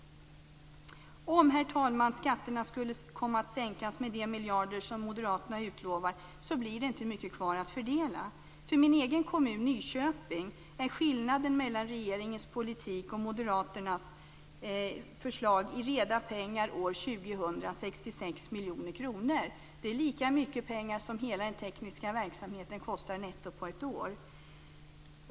Om skatterna skulle komma att sänkas med de miljarder som moderaterna utlovar blir det inte mycket kvar att fördela. För min egen kommun, Nyköping, är skillnaden mellan regeringens politik och moderaternas förslag 66 miljoner kronor i reda pengar år 2000. Det är lika mycket pengar som hela den tekniska verksamheten kostar netto på ett år.